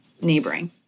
neighboring